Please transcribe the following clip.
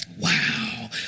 Wow